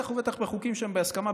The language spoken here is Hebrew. ובטח ובטח בחוקים שהם בהסכמה,